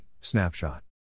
Snapshot